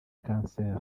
kanseri